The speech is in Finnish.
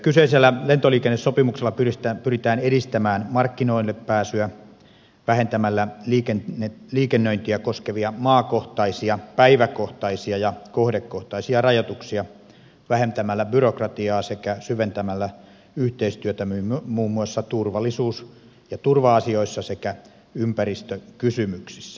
kyseisellä lentoliikennesopimuksella pyritään edistämään markkinoille pääsyä vähentämällä liikennöintiä koskevia maakohtaisia päiväkohtaisia ja kohdekohtaisia rajoituksia vähentämällä byrokratiaa sekä syventämällä yhteistyötä muun muassa turvallisuus ja turva asioissa sekä ympäristökysymyksissä